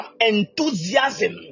enthusiasm